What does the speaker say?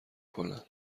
کنن